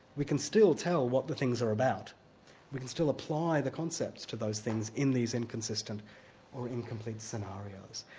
we can still tell what the things are about we can still apply the concepts to those things in these inconsistent or incomplete scenarios.